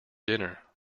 dinner